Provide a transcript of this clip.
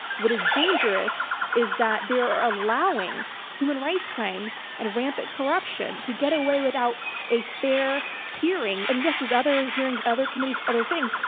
what is dangerous is that they are allowing human rights crimes and rampant corruption to get away without a fair hearing. and yes, there's other hearings, other committees, other things,